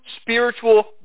spiritual